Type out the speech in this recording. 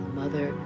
mother